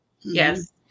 Yes